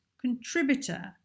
contributor